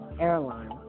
airline